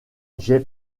j’ai